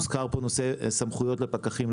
הוזכר פה נושא הסמכויות לפקחים.